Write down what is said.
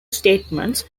statements